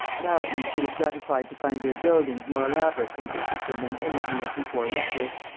now at least he was gratified to find their buildings more elaborate and interesting than any he had before met with.